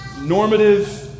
normative